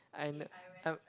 I n~ I'm